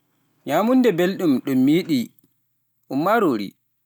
Nyaamunnda belɗum ɗum mi yiɗi, ɗum maaroori.